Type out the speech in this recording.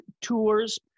tours